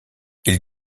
ils